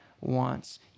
wants